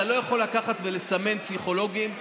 אתה לא יכול לקחת ולסמן פסיכולוגים ולהגיד: